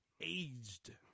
Aged